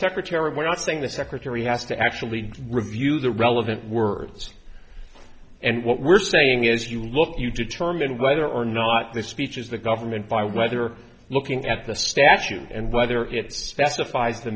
secretary when i think the secretary has to actually review the relevant words and what we're saying as you look you determine whether or not this speech is the government by whether looking at the statute and whether it specifies the